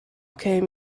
came